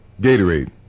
Gatorade